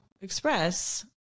express